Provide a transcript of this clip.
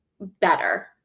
better